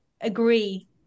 agree